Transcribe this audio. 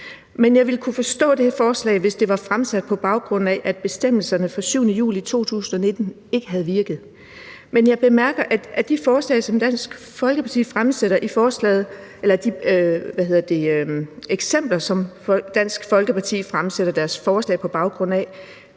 Men jeg ville kunne forstå det her forslag, hvis det var fremsat, på baggrund af at bestemmelserne fra den 7. juli 2019 ikke havde virket, men jeg bemærker, at de eksempler, som Dansk Folkeparti fremsætter deres forslag på baggrund af,